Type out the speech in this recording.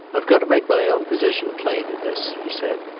i've got to make my own position plain in this, he said.